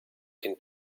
can